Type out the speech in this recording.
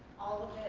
all of